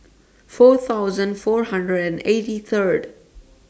four thousand four hundred and eighty Third